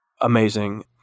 amazing